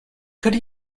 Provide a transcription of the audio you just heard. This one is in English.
could